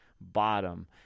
bottom